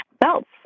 belts